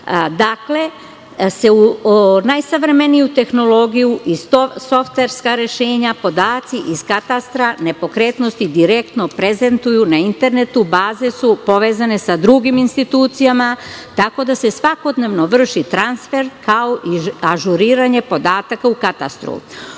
dakle najsavremeniju tehnologiju i softverska rešenja. Podaci iz katastra nepokretnosti direktno se prezentuju na internetu. Baze su povezane sa drugim institucijama, tako da se svakodnevno vrši transfer, kao i ažuriranje podataka u katastru.U